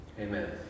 Amen